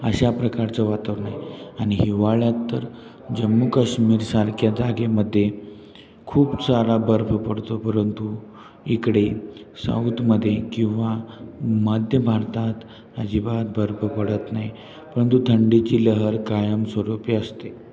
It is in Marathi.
अशा प्रकारचं वातावरण आणि हिवाळ्यात तर जम्मू काश्मीरसारख्या जागेमध्ये खूप सारा बर्फ पडतो परंतु इकडे साऊथमध्ये किंवा मध्य भारतात अजिबात बर्फ पडत नाही परंतु थंडीची लहर कायम स्वरूपी असते